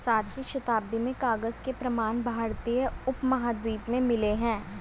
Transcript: सातवीं शताब्दी में कागज के प्रमाण भारतीय उपमहाद्वीप में मिले हैं